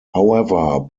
however